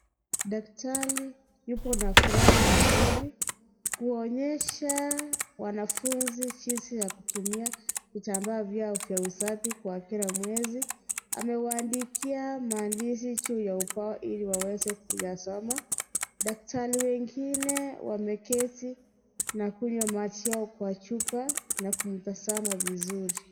Daktari yupo na furaha mzuri kuonyesha wanafunzi jinsi ya kutumia vitambaa vyao vya usafi kwa kila mwezi. Amewaandikia maandishi juu ya ubao ili waweze kuyasoma. Daktari wengine wameketi na kunywa maji yao kwa chupa na kumtazama vizuri.